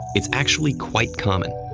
it's actually quite common.